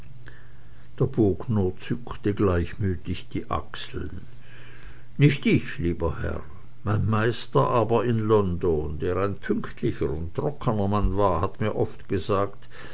der bogner zuckte gleichmütig die achseln nicht ich lieber herr mein meister aber in london der ein pünktlicher und trockener mann war hat mir oft gesagt